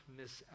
miss